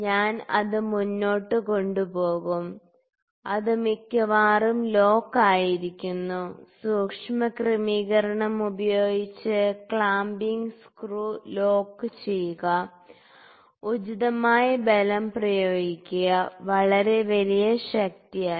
ഞാൻ അത് മുന്നോട്ട് കൊണ്ടുപോകും അത് മിക്കവാറും ലോക്ക് ആയിരിക്കുന്നു സൂക്ഷ്മ ക്രമീകരണം ഉപയോഗിച്ച് ക്ലാമ്പിംഗ് സ്ക്രൂ ലോക്ക് ചെയ്യുക ഉചിതമായ ബലം പ്രയോഗിക്കുക വളരെ വലിയ ശക്തിയല്ല